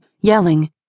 yelling